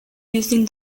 using